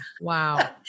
Wow